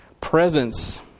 Presence